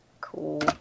Cool